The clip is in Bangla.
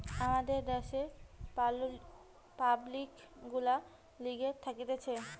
আমাদের দ্যাশের পাবলিক গুলার লিগে থাকতিছে